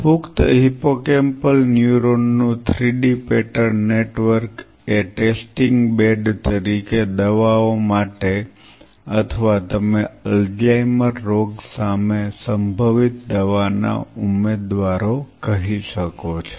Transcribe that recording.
પુખ્ત હિપ્પોકેમ્પલ ન્યુરોનનું 3D pattern network એ ટેસ્ટિંગ બેડ તરીકે દવાઓ માટે અથવા તમે અલ્ઝાઇમર રોગ સામે સંભવિત દવા ના ઉમેદવારો કહી શકો છો